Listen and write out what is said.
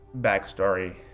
backstory